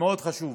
מאוד חשוב.